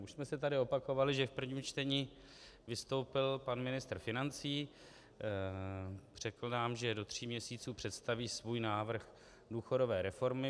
Už jsme se tady opakovali, že v prvním čtení vystoupil pan ministr financí, řekl nám, že do tří měsíců představí svůj návrh důchodové reformy.